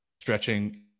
stretching